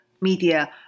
media